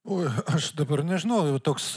oi aš dabar nežinau toks